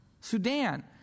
Sudan